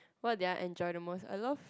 what did I enjoy the most I love